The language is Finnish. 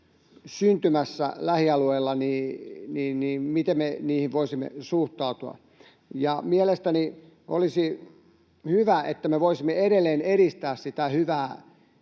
syntymässä lähialueille, niin miten me niihin voisimme suhtautua. Mielestäni olisi hyvä, että me voisimme edelleen edistää sitä hyvää